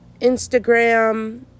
Instagram